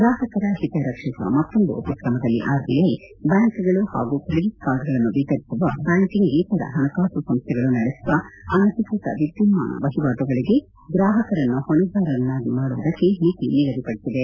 ಗ್ರಾಹಕರ ಹಿತ ರಕ್ಷಿಸುವ ಮತ್ತೊಂದು ಉಪಕ್ರಮದಲ್ಲಿ ಆರ್ಬಿಐ ಬ್ಯಾಂಕುಗಳು ಹಾಗೂ ಕ್ರೆಡಿಟ್ ಕಾರ್ಡ್ಗಳನ್ನು ವಿತರಿಸುವ ಬ್ಯಾಂಕಿಂಗ್ಯೇತರ ಹಣಕಾಸು ಸಂಸ್ಥೆಗಳು ನಡೆಸುವ ಅನಧಿಕೃತ ವಿದ್ದುನ್ನಾನ ವಹಿವಾಟುಗಳಿಗೆ ಗ್ರಾಹಕರನ್ನು ಹೊಣೆಗಾರರನ್ನಾಗಿ ಮಾಡುವುದಕ್ಕೆ ಮಿತಿ ನಿಗದಿಪಡಿಸಿದೆ